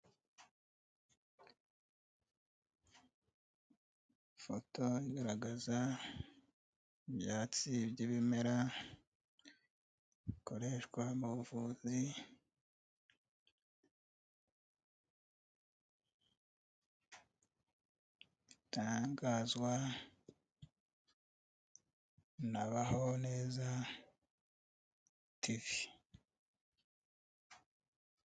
Ifoto igaragaza ibyatsi by'ibimera bikoreshwa mu buvuzi, bitangazwa na Baho neza tv.